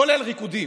כולל ריקודים,